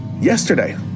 Yesterday